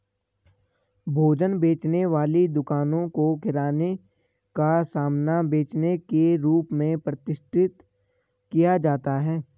भोजन बेचने वाली दुकानों को किराने का सामान बेचने के रूप में प्रतिष्ठित किया जाता है